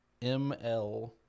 ML